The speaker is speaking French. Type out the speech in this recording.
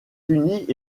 unis